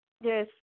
Yes